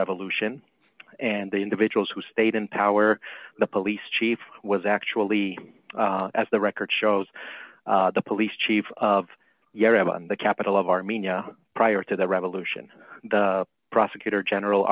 revolution and the individuals who stayed in power the police chief was actually as the record shows the police chief of yerevan the capital of armenia prior to the revolution the prosecutor general